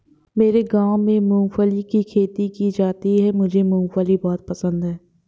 मेरे गांव में मूंगफली की खेती की जाती है मुझे मूंगफली बहुत पसंद है